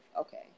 Okay